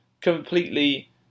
completely